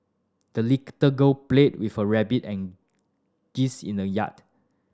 the the girl played with her rabbit and geese in the yard